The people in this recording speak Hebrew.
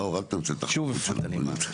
נאור, אל תנצל את החביבות שלי.